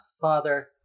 Father